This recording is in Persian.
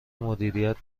مدیریت